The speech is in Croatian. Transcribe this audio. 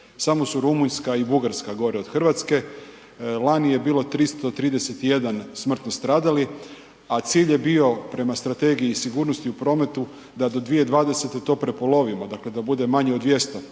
Samo su Rumunjska i Bugarska gore od Hrvatske. Lani je bilo 331 smrtno stradali a cilj je bio prema Strategiji sigurnosti u prometu da do 2020. to prepolovimo dakle da bude manje od 200.